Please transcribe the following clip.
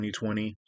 2020